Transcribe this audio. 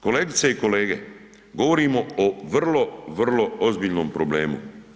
Kolegice i kolege, govorimo o vrlo, vrlo ozbiljnom problemu.